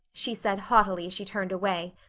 she said haughtily as she turned away.